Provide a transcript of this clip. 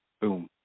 boom